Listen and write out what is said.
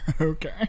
Okay